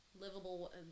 livable